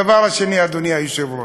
הדבר השני, אדוני היושב-ראש,